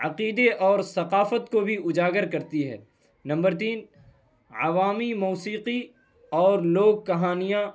عقیدے اور ثقافت کو بھی اجاگر کرتی ہے نمبر تین عوامی موسیقی اور لوک کہانیاں